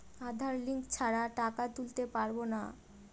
আধার link ছাড়া টাকা তুলতে পারব না?